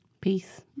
Peace